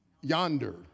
yonder